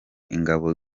ingabo